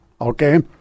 Okay